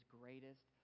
greatest